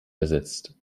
ersetzt